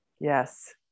Yes